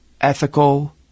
ethical